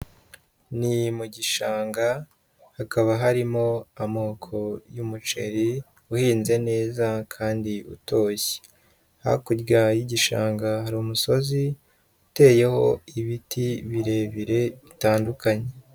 Ni mu gishanga, hakaba harimo amoko y'umuceri uhinze neza kandi utoshye. Hakurya y'igishanga hari umusozi uteyeho ibiti birebire bitandukanye.